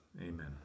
amen